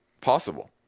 possible